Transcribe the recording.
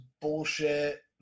bullshit